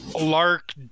Lark